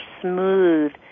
smooth